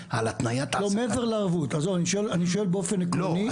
מעבר לערבות, אני שואל באופן עקרוני.